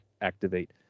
activate